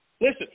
Listen